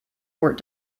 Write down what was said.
fort